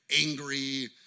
angry